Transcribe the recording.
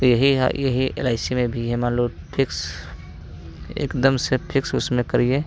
यही है यही एल आई सी में भी है मान लो फिक्स एकदम से फिक्स उसमें करिए